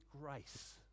grace